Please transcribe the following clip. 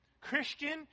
Christian